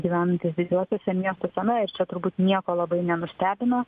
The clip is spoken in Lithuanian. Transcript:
gyvenantys didžiuosiuose miestuose na ir čia turbūt nieko labai nenustebino